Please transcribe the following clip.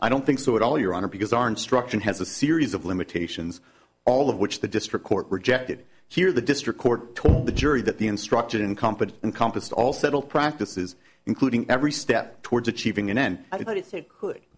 i don't think so at all your honor because our instruction has a series of limitations all of which the district court rejected here the district court told the jury that the instruction incompetent and compassed all settled practices including every step towards achieving an end